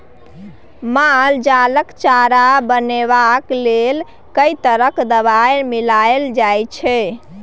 माल जालक चारा बनेबाक लेल कैक तरह दवाई मिलाएल जाइत छै